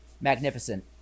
magnificent